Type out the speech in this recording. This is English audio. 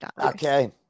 Okay